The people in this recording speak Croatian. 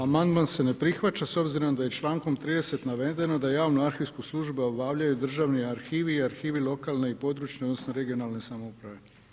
Amandman se ne prihvaća s obzirom da je člankom 30. navedeno da javnu arhivsku službu obavljaju državni arhivi i arhivi lokalne i područne (regionalne) samouprave.